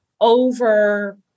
over